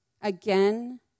again